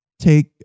take